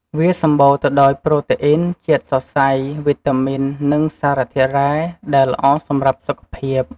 វាសម្បូរទៅដោយប្រូតេអ៊ីន ជាតិសរសៃ វីតាមីន និងសារធាតុរ៉ែ ដែលល្អសម្រាប់សុខភាព។